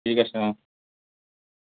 ঠিক আছে অঁ